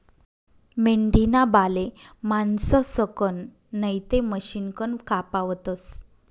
मेंढीना बाले माणसंसकन नैते मशिनकन कापावतस